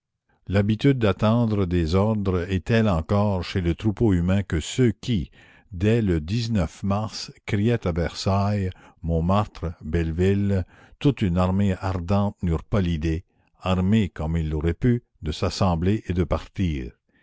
l'habitude d'attendre des ordres est telle encore chez le troupeau humain que ceux qui dès le mars criaient à versailles montmartre belleville toute une armée ardente n'eurent pas l'idée armés comme ils l'auraient pu de s'assembler et de partir